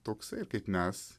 toks kaip mes